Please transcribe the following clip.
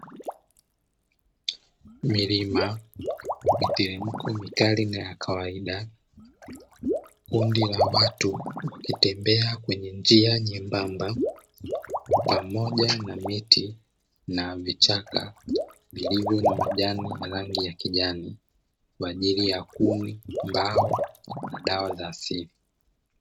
Milima, miteremko mikali na ya kawaida, kundi la watu wakitembea kwenye njia nyembamba, pamoja na miti na vichaka vilivyo na majani na rangi ya kijani kwa ajili ya kuni, mbao na dawa za asili.